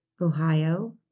Ohio